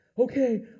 Okay